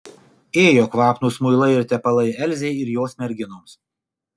ėjo kvapnūs muilai ir tepalai elzei ir jos merginoms